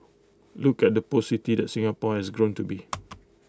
look at the post city that Singapore has grown to be